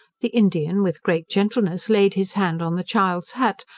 the indian, with great gentleness laid his hand on the child's hat,